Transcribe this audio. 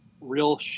real